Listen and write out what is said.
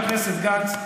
חבר הכנסת גנץ,